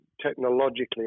technologically